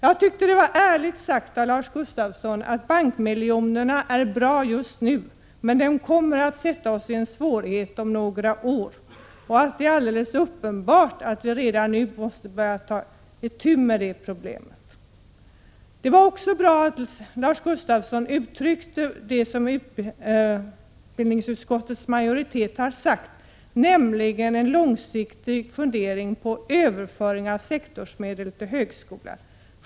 Jag tycker det var ärligt sagt av Lars Gustafsson att bankmiljonerna är bra justnu, men de kommer att sätta oss i en svår situation om några år samt att vi alldeles uppenbart redan nu måste börja ta itu med problemen. Det var också bra att Lars Gustafsson gav uttryck åt samma uppfattning som utskottsmajoriteten, nämligen att man långsiktigt skall överföra sektorsmedel till högskolan.